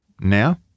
Now